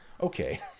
Okay